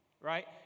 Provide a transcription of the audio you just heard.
right